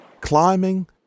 climbing